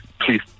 please